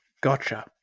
Gotcha